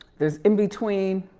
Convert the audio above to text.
there's in between.